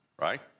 right